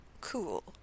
cool